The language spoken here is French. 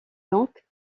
donc